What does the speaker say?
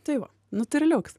tai va nu tai ir liuks